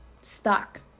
stuck